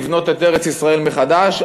לבנות את ארץ-ישראל מחדש.